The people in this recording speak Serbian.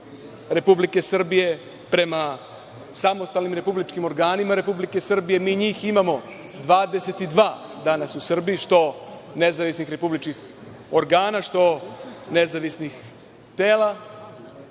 Republike Srbije, prema samostalnim republičkim organima Republike Srbije. Mi njih imamo 22 danas u Srbiji, što nezavisnih republičkih organa, što nezavisnih tela.